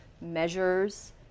measures